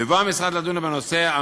בבוא המשרד לדון בנושא,